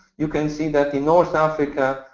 you can see that in north africa,